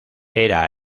era